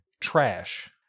trash